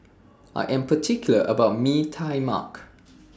I Am particular about Mee Tai Mak